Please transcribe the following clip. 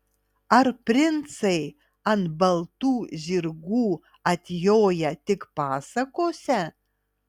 ar princai ant baltų žirgų atjoja tik pasakose